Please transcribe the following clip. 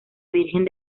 virgen